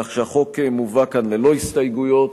כך שהחוק מובא כאן ללא הסתייגויות.